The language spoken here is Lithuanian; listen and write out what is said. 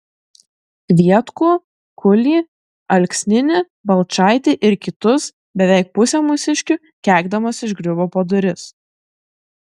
kvietkų kulį alksninį balčaitį ir kitus beveik pusę mūsiškių keikdamas išgriuvo pro duris